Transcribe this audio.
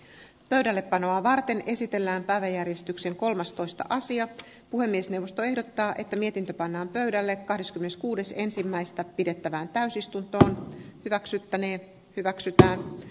pöydällepanoa varten esitellään päiväjärjestyksen kolmastoista sija puhemiesneuvosto ehdottaa että mietintö pannaan pöydälle kahdeskymmeneskuudes ensimmäistä pidettävään täysistunto hyväksyttäneen hyväksytään